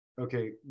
Okay